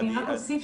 אני רק אוסיף,